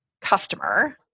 customer